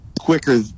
quicker